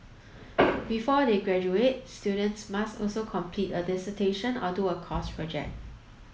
before they graduate students must also complete a dissertation or do a course project